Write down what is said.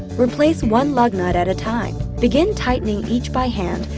replace one lug nut at a time. begin tightening each by hand,